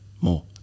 more